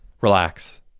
Relax